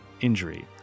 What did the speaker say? injury